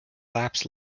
laps